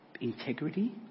integrity